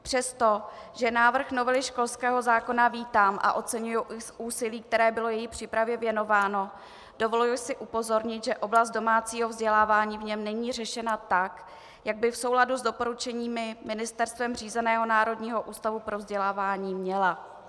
Přestože návrh novely školského zákona vítám a oceňuji úsilí, které bylo její přípravě věnováno, dovoluji si upozornit, že oblast domácího vzdělávání v něm není řešena tak, jak by v souladu s doporučeními ministerstvem řízeného Národního ústavu pro vzdělávání měla.